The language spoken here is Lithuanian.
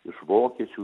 iš vokiečių